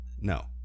No